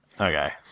Okay